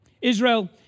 Israel